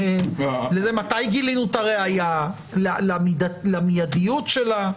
למתי גילינו את הראיה, למיידיות שלה.